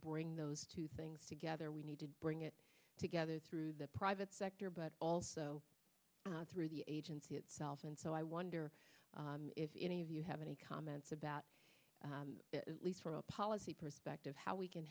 bring those two things together we need to bring it together through the private sector but also through the agency itself and so i wonder if any of you have any comments about leads from a policy perspective how we can